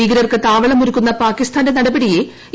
ഭീകരർക്ക്താവളമൊരുക്കുന്ന പാകിസ്ഥാന്റെ നടപടിയെഇ